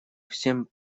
всем